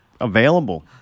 available